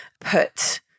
put